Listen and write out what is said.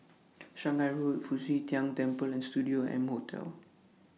Shanghai Road Fu Xi Tang Temple and Studio M Hotel